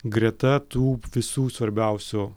greta tų visų svarbiausių